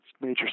major